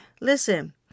Listen